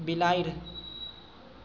बिलाड़ि